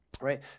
right